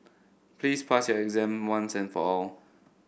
please pass your exam once and for all